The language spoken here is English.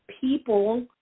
people